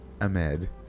Ahmed